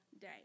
day